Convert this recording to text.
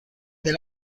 del